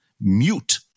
mute